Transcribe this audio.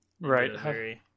Right